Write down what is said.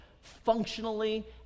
functionally